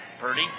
Purdy